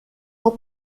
ans